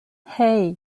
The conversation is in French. hey